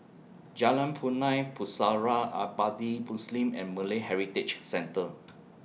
Jalan Punai Pusara Abadi Muslim and Malay Heritage Centre